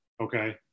Okay